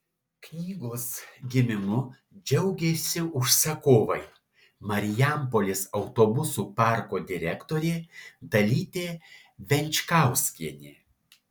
knygos gimimu džiaugėsi užsakovai marijampolės autobusų parko direktorė dalytė venčkauskienė